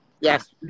Yes